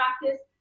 practice